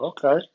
Okay